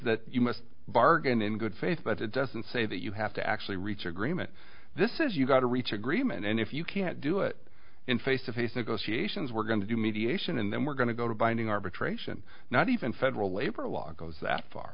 that you must bargain in good faith but it doesn't say that you have to actually reach agreement this is you've got to reach agreement and if you can't do it in face to face negotiations we're going to do mediation and then we're going to go to binding arbitration not even federal labor law goes that far